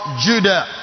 Judah